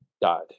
died